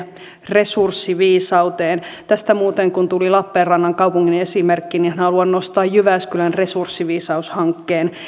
resurssiviisauteen tästä muuten kun tuli lappeenrannan kaupungin esimerkki haluan nostaa jyväskylän resurssiviisaushankkeen